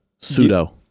pseudo